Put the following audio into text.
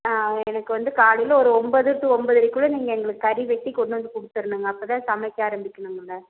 எனக்கு வந்து காலையில ஒரு ஒன்பது டு ஒம்பதரைகுள்ளே நீங்கள் எங்களுக்கு கறி வெட்டி கொண்டு வந்து கொடுத்துடுன்னுங்க அப்ப தான் சமைக்க ஆரம்பிக்கனுங்க